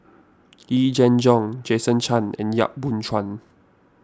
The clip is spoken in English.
Yee Jenn Jong Jason Chan and Yap Boon Chuan